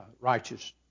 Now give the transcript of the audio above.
righteous